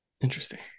interesting